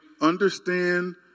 understand